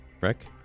Rick